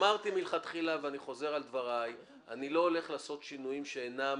אמרתי אני לא הולך לעשות שינויים שאינם